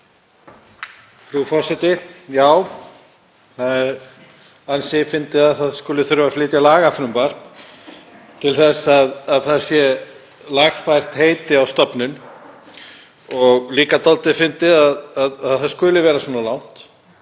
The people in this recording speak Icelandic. Frú forseti. Það er ansi fyndið að það skuli þurfa að flytja lagafrumvarp til þess að lagfæra heiti á stofnun og líka dálítið fyndið að það skuli vera svona langt.